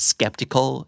Skeptical